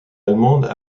allemandes